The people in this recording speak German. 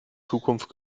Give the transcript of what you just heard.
zukunft